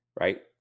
right